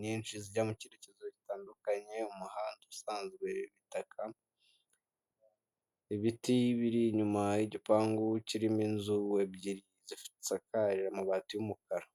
nyinshi zijya mu cyerekezo gitandukanye, umuhanda usanzwe w'ibitaka, ibiti biri inyuma y'igipangu kirimo inzu ebyiri zisakaje amabati y'umukara.